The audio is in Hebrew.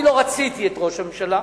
אני לא רציתי את ראש הממשלה,